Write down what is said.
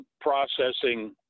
processing